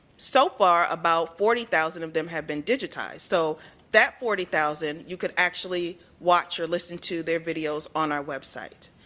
so far about forty thousand um have been digitized. so that forty thousand you can actually watch or listen to their videos on our website.